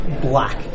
black